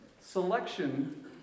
Selection